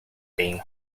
being